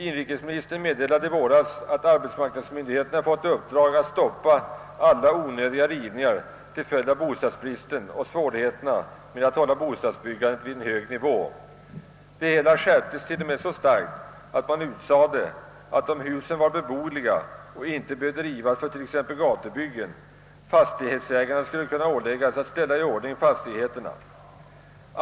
Inrikesministern meddelade i våras, att arbetsmarknadsmyndigheterna fått i uppdrag att stoppa alla onödiga rivningar till följd av bostadsbristen och svårigheterna att hålla bostadsbyggandet på en hög nivå. Det hela skärptes t.o.m. så mycket att man utsade, att om husen var beboeliga och inte behövde rivas för t.ex. gatubyggen, fastighetsägaren skulle kunna åläggas att ställa i ordning fastigheterna.